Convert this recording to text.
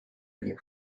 new